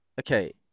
okay